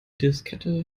diskette